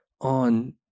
on